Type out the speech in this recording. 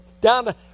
down